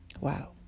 Wow